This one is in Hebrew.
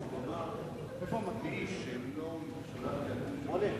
הוא אמר שמי שלא שולח את הילדים